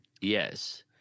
Yes